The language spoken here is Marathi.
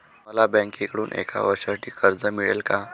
मला बँकेकडून एका वर्षासाठी कर्ज मिळेल का?